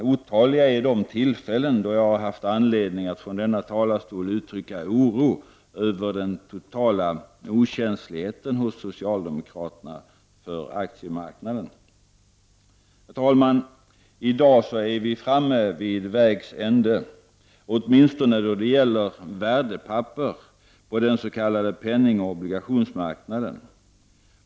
Otaliga är de tillfällen då jag har haft anledning att från denna talarstol uttrycka oro över den totala okänsligheten för aktiemarknaden hos socialdemokraterna. Herr talman! I dag är vi framme vid vägs ände, åtminstone då det gäller värdepapper på den s.k. penningoch obligationsmarknaden.